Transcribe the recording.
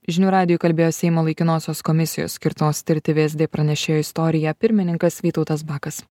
žinių radijui kalbėjo seimo laikinosios komisijos skirtos tirti vsd pranešėjo istoriją pirmininkas vytautas bakas